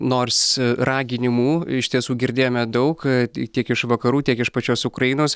nors raginimų iš tiesų girdėjome daug tiek iš vakarų tiek iš pačios ukrainos